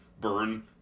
burn